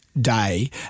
day